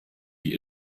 die